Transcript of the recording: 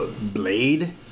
Blade